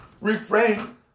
Refrain